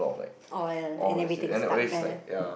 oh yeah and everything stuck there